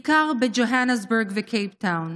בעיקר ביוהנסבורג וקייפטאון,